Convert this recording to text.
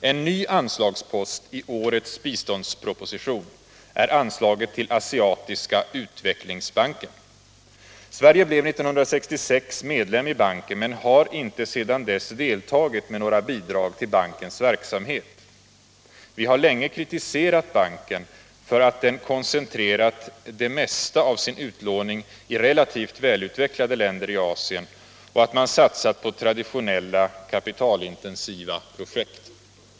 En ny anslagspost i årets biståndsproposition är anslaget till Asiatiska utvecklingsbanken. Sverige blev 1966 medlem i banken men har inte sedan dess deltagit med några bidrag till bankens verksamhet. Vi har länge kritiserat banken för att den koncentrerat det mesta av sin utlåning i relativt välutvecklade länder i Asien och att man satsat på traditionella kapitalintensiva projekt.